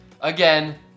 Again